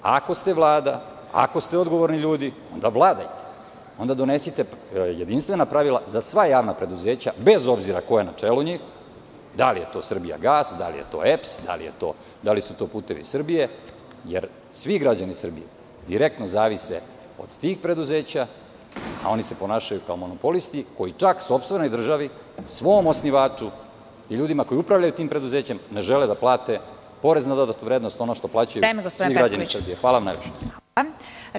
Ako ste Vlada, ako ste odgovorni ljudi, onda vladajte, onda donesite jedinstvena pravila za sva javna preduzeća, bez obzira ko je na čelu njih, da li je to Srbijagas, da li je to EPS, da li su to Putevi Srbije, jer svi građani Srbije direktno zavise od tih preduzeća, a oni se ponašaju kao monopolisti, koji čak sopstvenoj državi, svom osnivaču i ljudima koji upravljaju tim preduzećem ne žele da plate PDV, ono što plaćaju svi građani Srbije. (Predsedavajuća: Vreme, gospodine Petkoviću.) Hvala najlepše.